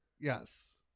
Yes